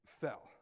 fell